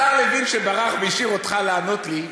השר לוין שברח והשאיר אותך לענות לי,